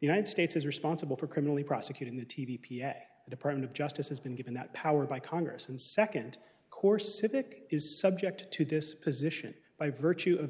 united states is responsible for criminally prosecute in the t v department of justice has been given that power by congress and nd course civic is subject to this position by virtue of